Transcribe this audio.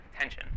tension